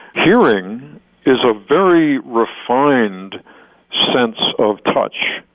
hearing is a very refined sense of touch,